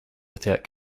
without